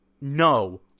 no